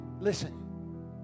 Listen